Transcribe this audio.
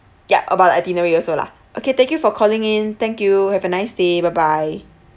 ya about itinerary also lah okay thank you for calling in thank you have a nice day bye bye